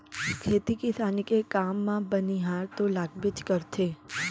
खेती किसानी के काम म बनिहार तो लागबेच करथे